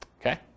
Okay